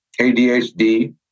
ADHD